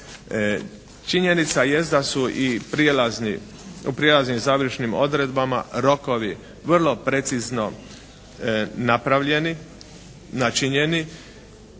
Činjenica jest da su u prijelaznim i završnim odredbama rokovi vrlo precizno napravljeni, načinjeni,